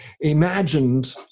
Imagined